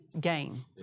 gain